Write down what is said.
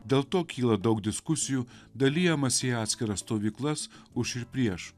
dėl to kyla daug diskusijų dalijamasi į atskiras stovyklas už ir prieš